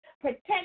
Protect